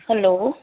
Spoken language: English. hello